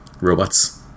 robots